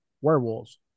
werewolves